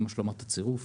עם השלמת הצירוף,